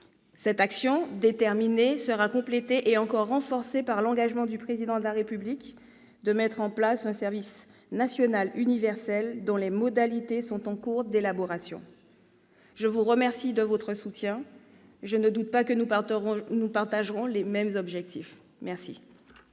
Cette action déterminée sera complétée et encore renforcée par l'engagement du Président de la République de mettre en place un service national universel, dont les modalités sont en cours d'élaboration. Mesdames, messieurs les sénateurs, je vous remercie de votre soutien ; je ne doute pas que nous partageons les mêmes objectifs. Nous